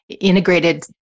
integrated